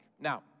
Now